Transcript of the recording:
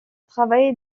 travail